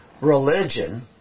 religion